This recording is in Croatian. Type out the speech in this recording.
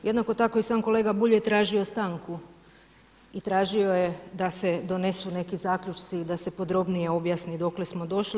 Jednako tako i sam kolega Bulj je tražio stanku i tražio je da se donesu neki zaključci i da se podrobnije objasni dokle smo došli.